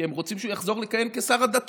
כי הם רוצים שהוא יחזור לכהן כשר הדתות.